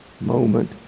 moment